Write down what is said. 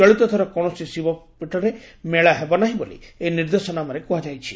ଚଳିତଥର କୌଣସି ଶୈବପୀଠରେ ମେଳା ହେବ ନାହି ବୋଲି ଏହି ନିର୍ଦ୍ଦେଶାନାମାରେ କୁହାଯାଇଛି